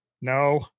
no